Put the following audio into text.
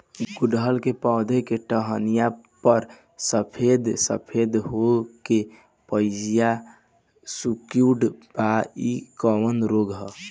गुड़हल के पधौ के टहनियाँ पर सफेद सफेद हो के पतईया सुकुड़त बा इ कवन रोग ह?